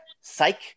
psych